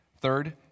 Third